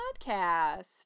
podcast